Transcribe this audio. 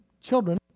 children